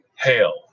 Hail